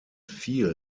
feel